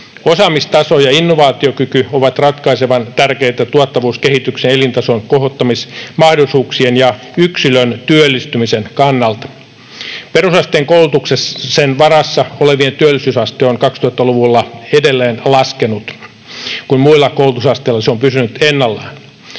Osaamistaso ja innovaatiokyky ovat ratkaisevan tärkeitä tuottavuuskehityksen, elintason kohottamismahdollisuuksien ja yksilön työllistymisen kannalta. Perusasteen koulutuksen varassa olevien työllisyysaste on 2000-luvulla edelleen laskenut, kun muilla koulutusasteilla se on pysynyt ennallaan.